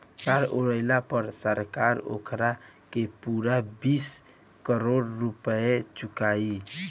साल ओराये पर सरकार ओकारा के पूरा बीस करोड़ रुपइया चुकाई